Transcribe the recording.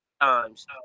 times